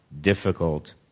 difficult